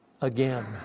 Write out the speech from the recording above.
again